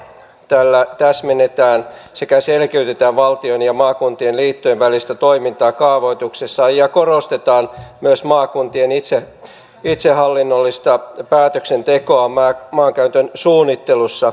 tällä täsmennetään sekä selkeytetään valtion ja maakuntien liittojen välistä toimintaa kaavoituksessa ja korostetaan myös maakuntien itsehallinnollista päätöksentekoa maankäytön suunnittelussa